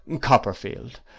copperfield